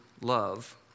love